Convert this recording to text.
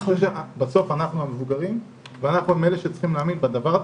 בסוף אנחנו המבוגרים ואנחנו אלה שצריכים להאמין בדבר הזה.